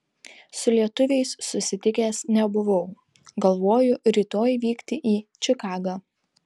su lietuviais susitikęs nebuvau galvoju rytoj vykti į čikagą